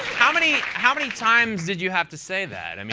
how many how many times did you have to say that? i mean